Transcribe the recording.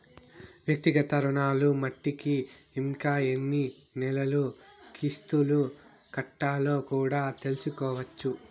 వ్యక్తిగత రుణాలు మట్టికి ఇంకా ఎన్ని నెలలు కిస్తులు కట్టాలో కూడా తెల్సుకోవచ్చు